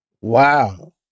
Wow